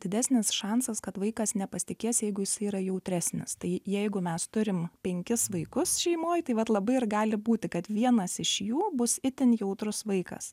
didesnis šansas kad vaikas nepasitikės jeigu jisai yra jautresnis tai jeigu mes turim penkis vaikus šeimoj taip vat labai ir gali būti kad vienas iš jų bus itin jautrus vaikas